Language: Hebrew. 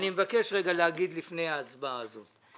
לפני ההצבעה הזאת,